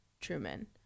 Truman